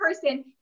person